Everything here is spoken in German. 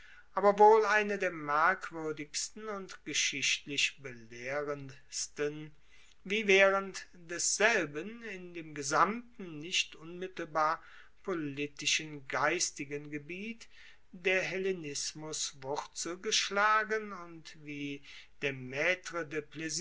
aber wohl eine der merkwuerdigsten und geschichtlich belehrendsten wie waehrend desselben in dem gesamten nicht unmittelbar politischen geistigen gebiet der hellenismus wurzel geschlagen und wie der matre